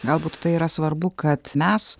galbūt tai yra svarbu kad mes